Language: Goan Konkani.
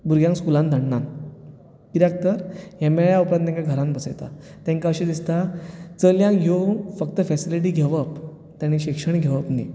भुरग्यांक स्कुलांत धाडनात कित्याक तर हें मेळ्ळ्या उपरांत तांकां घरांत बसयतात तेंकां अशें दिसता चलयांक ह्यो फक्त फेसिलिटी घेवप शिक्षण घेवप न्ही